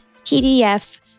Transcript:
PDF